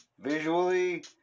Visually